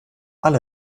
alle